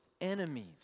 enemies